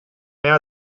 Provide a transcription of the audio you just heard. mehr